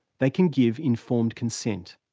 they can give informed consent.